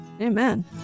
Amen